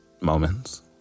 moments